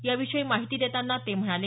याविषयी माहिती देतांना ते म्हणाले